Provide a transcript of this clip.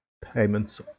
payments